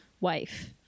wife